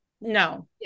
no